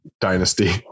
dynasty